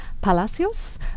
Palacios